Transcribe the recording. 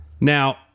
now